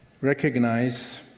recognize